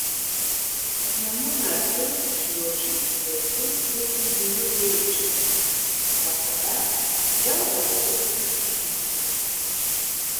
vienu metu šliuožiu tiesiai ir įgyju greičio o tada vėl darau viską iš naujo